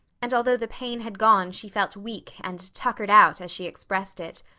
and although the pain had gone she felt weak and tuckered out, as she expressed it.